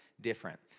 different